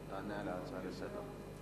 תענה על ההצעה לסדר-היום.